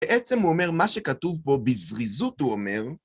בעצם הוא אומר מה שכתוב בו בזריזות, הוא אומר